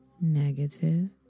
negative